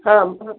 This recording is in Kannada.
ಹಾಂ ಮ್